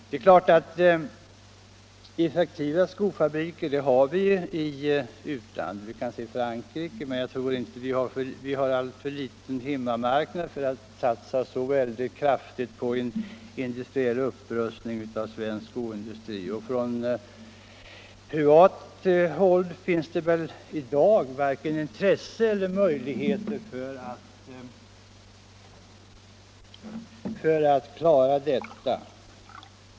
Det finns i och för sig effektiva skofabriker i utlandet, t.ex. i Frankrike, men jag tror att vi har en alltför liten hemmamarknad för att göra de mycket kraftiga satsningar som behövs för en upprustning till en motsvarande nivå inom svensk skoindustri. På privat håll finns det väl i dag varken intresse för eller möjligheter att klara detta.